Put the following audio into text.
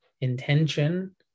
intention